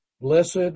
Blessed